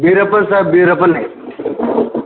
బీరప్పని sir బీరప్పని